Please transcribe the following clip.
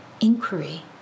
inquiry